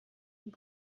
und